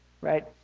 right